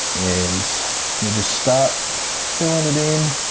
and we just start filling it in.